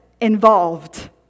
involved